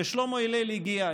ושלמה הלל הגיע.